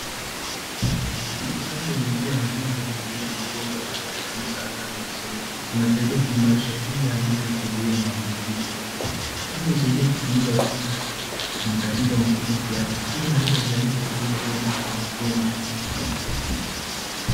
Chanjo ni njia muhimu ya kuzuia magonjwa hatari kama saratani na surua , inasaidia kuimarisha kinga ya mwili na kuzuia maambukizi. Chanjo husaidia kupunguza vifo na matatizo makubwa kiasfya, hii inalinda jamii kwa kuzuia kuenea kwa ugonjwa.